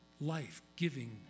life-giving